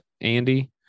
Andy